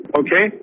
okay